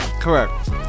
Correct